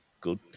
good